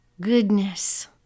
goodness